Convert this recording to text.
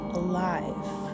alive